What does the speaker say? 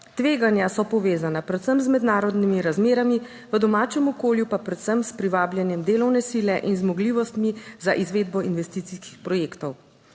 Tveganja so povezana predvsem z mednarodnimi razmerami, v domačem okolju pa predvsem s privabljanjem delovne sile in zmogljivostmi za izvedbo investicijskih projektov.